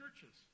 churches